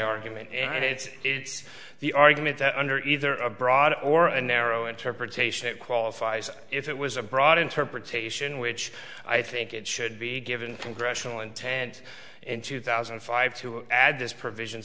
argument and it's the argument that under either a broad or a narrow interpretation it qualifies if it was a broad interpretation which i think it should be given congressional intent in two thousand and five to add this provision